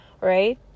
right